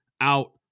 out